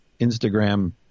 Instagram